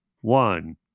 one